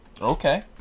Okay